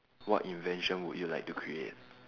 what invention would you like to create